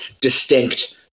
distinct